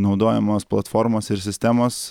naudojamos platformos ir sistemos